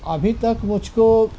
ابھی تک مجھ کو